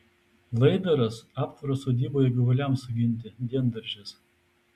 laidaras aptvaras sodyboje gyvuliams suginti diendaržis